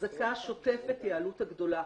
ההחזקה השוטפת היא העלות הגדולה,